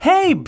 Hey